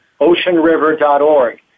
oceanriver.org